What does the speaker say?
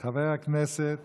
חבר הכנסת